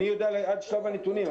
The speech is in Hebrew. אני יודע עד שלב הנתונים.